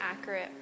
accurate